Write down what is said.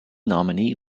nominee